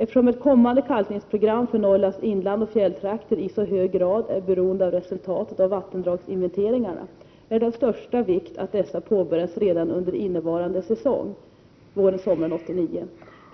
Eftersom ett kommande kalkningsprogram för Norrlands inland och fjälltrakter i sådan hög grad är beroende av resultaten av vattendragsinventeringarna är det av största vikt att dessa påbörjas redan under innevarande säsong .